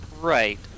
right